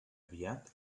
aviat